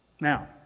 Now